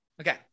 Okay